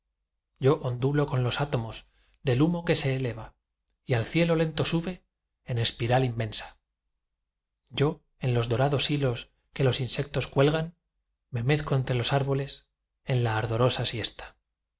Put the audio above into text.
yo ondulo con los átomos del humo que se eleva y al cielo lento sube en espiral inmensa yo en los dorados hilos que los insectos cuelgan me mezco entre los árboles en la ardorosa siesta